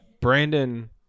Brandon